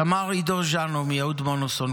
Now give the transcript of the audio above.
סמ"ר עידו ז'נו מיהוד-מונוסון,